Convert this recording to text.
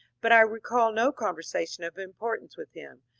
but i recall no conversation of importance with him,